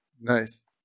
Nice